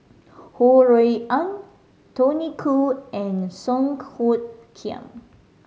Ho Rui An Tony Khoo and Song Hoot Kiam